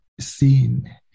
seen